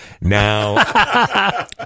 Now